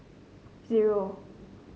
zero